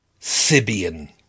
Sibian